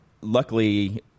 luckily